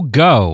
go